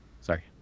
Sorry